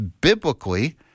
Biblically